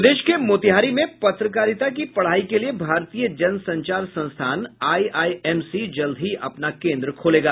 प्रदेश के मोतिहारी में पत्रकारिता की पढ़ाई के लिए भारतीय जन संचार संस्थान आइआइएमसी जल्द ही अपना केन्द्र खोलेगा